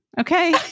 Okay